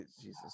Jesus